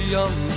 Young